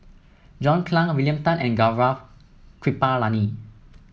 John Clang William Tan and Gaurav Kripalani